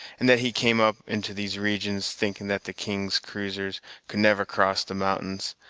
and that he came up into these regions, thinking that the king's cruisers could never cross the mountains,